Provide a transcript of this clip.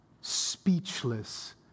Speechless